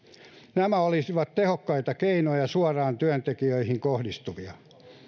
nämä olisivat tehokkaita keinoja suoraan työntekijöihin kohdistuvia